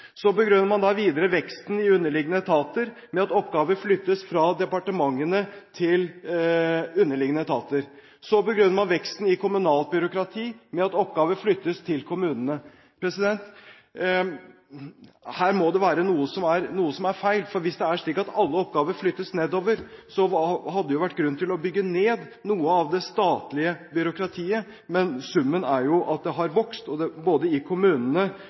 flyttes fra departementene til underliggende etater. Så begrunner man veksten i kommunalt byråkrati med at oppgaver flyttes til kommunene. Her må det være noe som er feil, for hvis det er slik at alle oppgaver flyttes nedover, hadde det jo vært grunn til å bygge ned noe av det statlige byråkratiet. Men summen er at det har vokst, både i kommunene og i staten. Så vil jeg også gjenta at bakgrunnen for denne interpellasjonen var nettopp kronikken til Tesaker. Men jeg kunne like gjerne tatt utgangspunkt i